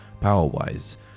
power-wise